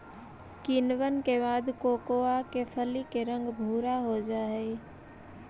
किण्वन के बाद कोकोआ के फली के रंग भुरा हो जा हई